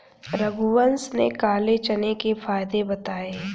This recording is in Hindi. रघुवंश ने काले चने के फ़ायदे बताएँ